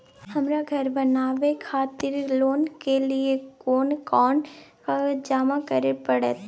हमरा धर बनावे खातिर लोन के लिए कोन कौन कागज जमा करे परतै?